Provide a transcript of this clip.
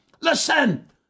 Listen